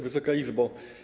Wysoka Izbo!